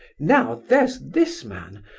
now, there's this man,